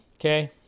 Okay